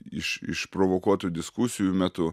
iš išprovokuotų diskusijų metu